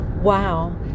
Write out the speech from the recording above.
wow